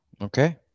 Okay